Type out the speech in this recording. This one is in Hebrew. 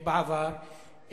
בעבר,